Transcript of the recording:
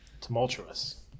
Tumultuous